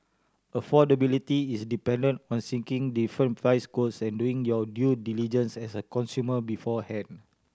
affordability is dependent on seeking different price quotes and doing your due diligence as a consumer beforehand